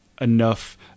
enough